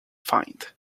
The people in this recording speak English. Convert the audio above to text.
find